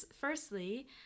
firstly